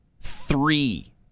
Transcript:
Three